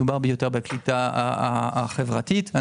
מדובר יותר בקליטה החברתית.